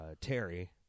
Terry